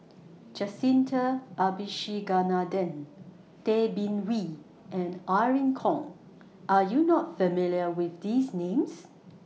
Jacintha Abisheganaden Tay Bin Wee and Irene Khong Are YOU not familiar with These Names